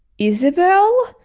isabelle?